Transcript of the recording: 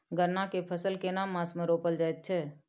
गन्ना के फसल केना मास मे रोपल जायत छै?